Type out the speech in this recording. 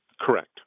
Correct